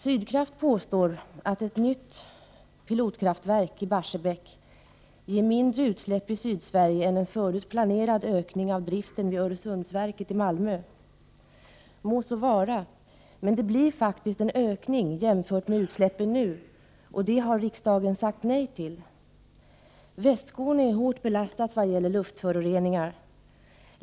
Sydkraft påstår att ett nytt pilotkraftverk i Barsebäck ger mindre utsläpp i Sydsverige än en förut planerad ökning av driften vid Öresundsverket i Malmö. Det må så vara, men det blir faktiskt en ökning jämfört med utsläppen nu, och det har riksdagen sagt nej till. Västskåne är hårt belastat när det gäller luftföroreningar.